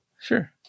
Sure